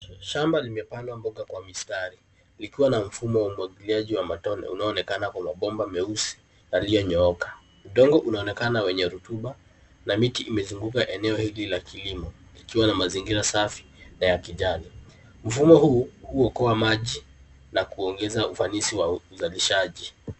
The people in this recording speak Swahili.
Shamba limepandwa mboga kwa mistari likiwa na mfumo wa umwagiliaji wa matone unaoonekana kwa mabomba meusi yaliyonyooka. Udongo unaonekana wenye rotuba na miti imezunguka eneo hili la kilimo ikiwa na mazingira safi na ya kijani. Mfumo huu huokoa maji na kuongeza ufanisi wa uzalishaji.